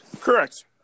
Correct